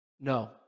No